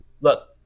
Look